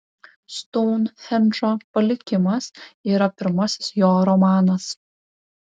stounhendžo palikimas yra pirmasis jo romanas